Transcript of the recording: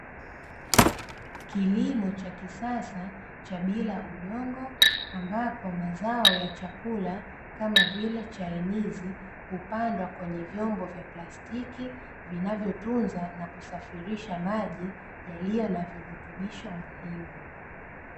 Kilimo cha kisasa cha bila udongo ambapo mazao ya chakula kama vile chainizi hupandwa kwenye vyombo vya plastiki vinavyotunza na kusafirisha maji yaliyo na virutubisho muhimu.